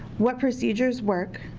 what procedures work,